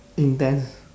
intense